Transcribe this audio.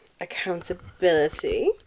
accountability